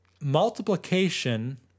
multiplication